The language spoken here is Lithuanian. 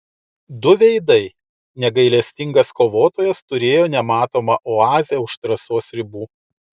du veidai negailestingas kovotojas turėjo nematomą oazę už trasos ribų